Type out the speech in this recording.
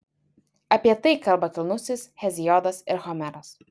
apie tai kalba kilnusis heziodas ir homeras